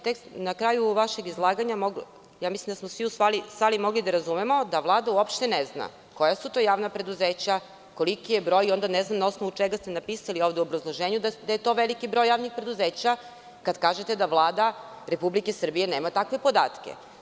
Tek na kraju vašeg izlaganja mislim da smo svi u sali mogli da razumemo da Vlada uopšte ne zna koja su to javna preduzeća, koliko je broj i onda ne znam na osnovu čega ste napisali ovde u obrazloženju da je to veliki broj javnih preduzeća kada kažete da Vlada Republike Srbije nema takve podatke.